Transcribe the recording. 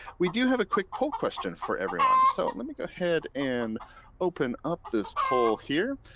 we do have a quick poll question for everyone. so let me go ahead and open up this poll here.